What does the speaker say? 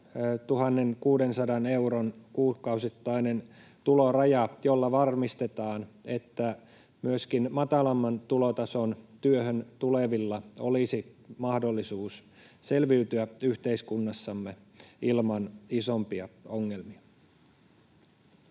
1 600 euron kuukausittainen tuloraja, jolla varmistetaan se, että myöskin matalamman tulotason työhön tulevilla olisi mahdollisuus selviytyä yhteiskunnassamme ilman isompia ongelmia.